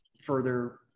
further